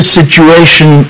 situation